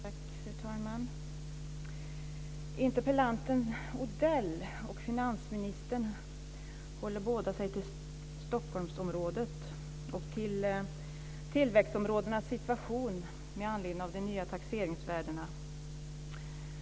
Fru talman! Interpellanten Odell och finansministern håller sig båda till Stockholmsområdet och till tillväxtområdenas situation med anledning av de nya taxeringsvärdena.